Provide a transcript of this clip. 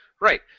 Right